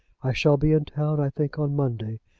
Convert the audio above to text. i shall be in town, i think, on monday,